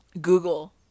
Google